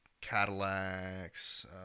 Cadillacs